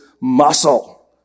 muscle